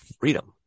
Freedom